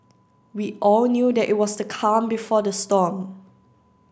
we all knew that it was the calm before the storm